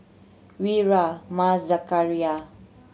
Wira Mas Zakaria